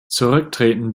zurücktreten